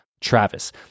Travis